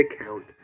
account